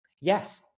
Yes